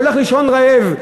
שהולך לישון רעב,